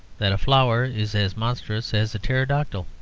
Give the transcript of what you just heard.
that a flower is as monstrous as a pterodactyl.